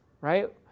right